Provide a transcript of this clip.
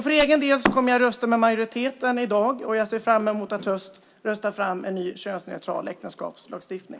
För egen del kommer jag att rösta med majoriteten i dag, och jag ser fram emot att rösta fram en ny, könsneutral äktenskapslagstiftning.